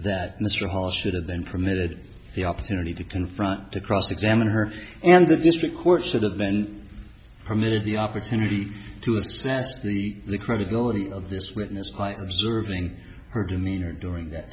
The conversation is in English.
that mr hart should have been permitted the opportunity to confront to cross examine her and the district court should have been permitted the opportunity to assess the credibility of this witness reserving her demeanor during that